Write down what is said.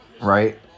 Right